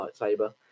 lightsaber